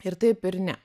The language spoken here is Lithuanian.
ir taip ir ne